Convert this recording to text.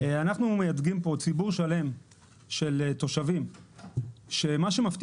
אנחנו מייצגים פה ציבור שלם של תושבים שמה שמפתיע